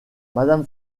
madame